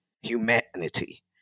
humanity